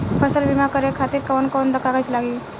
फसल बीमा करे खातिर कवन कवन कागज लागी?